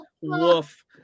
woof